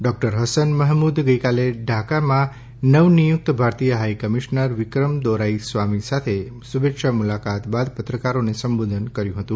doctor Hasan Mahmud ગઇકાલે ઢાંકામાં નવનિયુક્ત ભારતીય હાઇકમિશનર વિક્રમ દોરાઇ સ્વામી સાથે શુભેચ્છા મુલાકાત બાદ પત્રકારોને સંબોધન કર્યું હતું